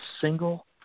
single